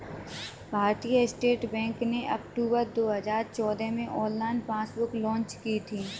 भारतीय state bank ने अक्टूबर दो हजार चौदह में ऑनलाइन पासबुक लॉन्च की थी